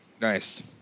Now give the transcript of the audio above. nice